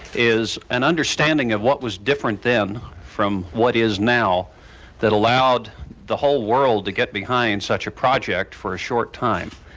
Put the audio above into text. is an understanding of what was different then from what is now that allowed the whole world to get behind such a project for a short time?